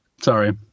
Sorry